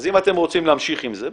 אם אתם רוצים להמשיך עם זה בסדר,